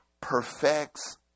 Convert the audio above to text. perfects